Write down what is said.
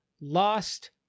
lost